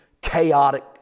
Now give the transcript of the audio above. chaotic